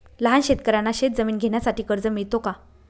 लहान शेतकऱ्यांना शेतजमीन घेण्यासाठी कर्ज मिळतो का?